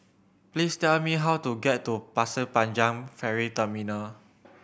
please tell me how to get to Pasir Panjang Ferry Terminal